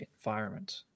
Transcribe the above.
environment